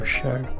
show